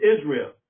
Israel